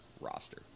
roster